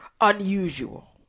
unusual